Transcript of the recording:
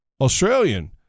Australian